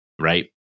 right